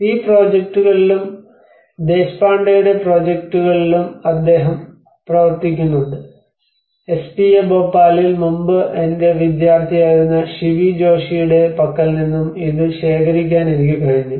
ഈ പ്രോജക്റ്റുകളിലും ദേശ്പാണ്ഡെയുടെ Deshpande's പ്രൊജെക്ടുകളിലും അദ്ദേഹം പ്രവർത്തിക്കുന്നുണ്ട് എസ്പിഎ ഭോപ്പാലിൽ മുമ്പ് എന്റെ വിദ്യാർത്ഥിയായിരുന്ന ശിവി ജോഷിയുടെ Shivi Joshi's പക്കൽ നിന്നും ഇത് ശേഖരിക്കാൻ എനിക്ക് കഴിഞ്ഞു